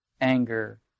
anger